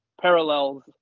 parallels